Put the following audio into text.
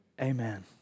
Amen